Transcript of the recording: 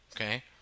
Okay